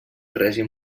règim